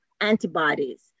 antibodies